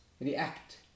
react